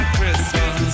Christmas